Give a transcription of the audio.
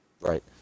Right